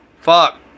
fuck